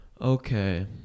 okay